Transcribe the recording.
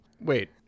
Wait